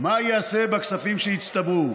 מה ייעשה בכספים שהצטברו.